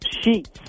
Sheets